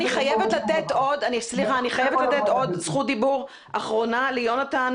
אני חייבת לתת עוד זכות דיבור אחרונה ליונתן